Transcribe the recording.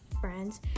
friends